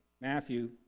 Matthew